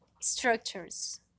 structures